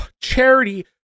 charity